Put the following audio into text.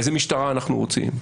איזה משטרה אנחנו רוצים,